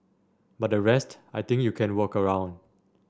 but the rest I think you can work around